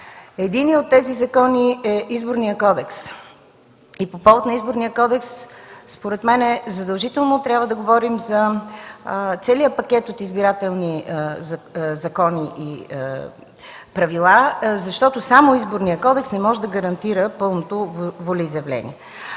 Единият от тези закони е Изборният кодекс. По повод на Изборния кодекс според мен задължително трябва да говорим за целия пакет от избирателни закони и правила, защото само той не може да гарантира пълното волеизявление.